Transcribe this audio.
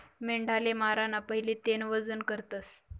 मेंढाले माराना पहिले तेनं वजन करतस